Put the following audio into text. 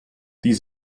die